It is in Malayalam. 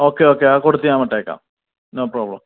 ഓക്കേ ഓക്കേ കൊടുത്തു ഞാൻ വിട്ടേക്കാം നോ പ്രോബ്ലം